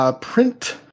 print